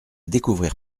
découvrir